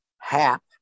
Hap